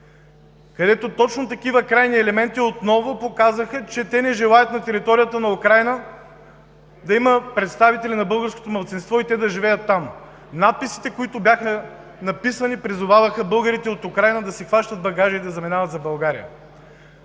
където точно такива крайни елементи отново показаха, че не желаят на територията на Украйна да има представители на българското малцинство и да живеят там. Надписите призоваваха българите от Украйна да си хващат багажа и да заминават за България.